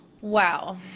wow